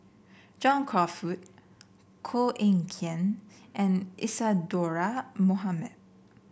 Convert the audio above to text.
John Crawfurd Koh Eng Kian and Isadhora Mohamed